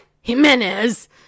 Jimenez